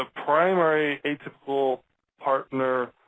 ah primary atypical partner